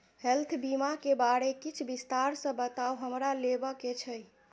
Health बीमा केँ बारे किछ विस्तार सऽ बताउ हमरा लेबऽ केँ छयः?